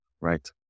Right